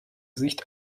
sicht